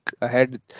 ahead